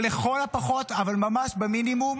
או לכל הפחות, אבל ממש במינימום,